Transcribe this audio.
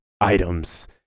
items